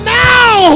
now